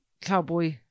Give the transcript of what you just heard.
Cowboy